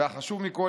והחשוב מכול,